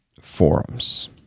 forums